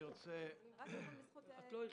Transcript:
את לא היחידה.